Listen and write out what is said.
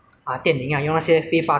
来看一些很红的电影